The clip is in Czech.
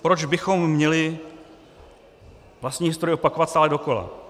Proč bychom měli vlastní historii opakovat stále dokola?